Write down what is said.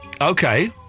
Okay